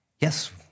yes